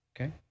Okay